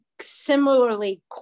similarly